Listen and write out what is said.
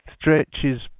stretches